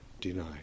deny